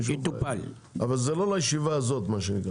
זה לא לישיבה הזאת.